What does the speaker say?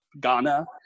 Ghana